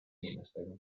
inimestega